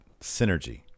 Synergy